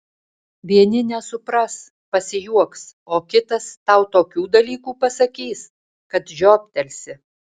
vieni nesupras pasijuoks o kitas tau tokių dalykų pasakys kad žioptelsi